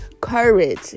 courage